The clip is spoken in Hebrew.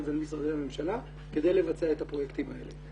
ומול משרדי הממשלה כדי לבצע את הפרויקטים האלה.